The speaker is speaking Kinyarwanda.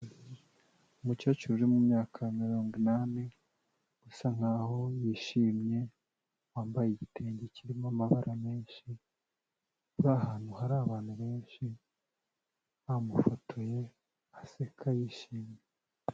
Umucecuru uri mumyaka mirongo inani usa nk'aho yishimye, wambaye igitenge kirimo amabara menshi, ari ahantu hari abantu benshi bamufotoye aseka yishimye.